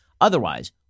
Otherwise